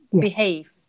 behave